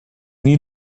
need